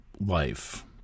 life